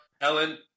Ellen